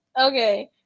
Okay